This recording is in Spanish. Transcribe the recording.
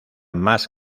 más